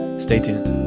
stay tuned.